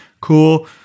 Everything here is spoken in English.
cool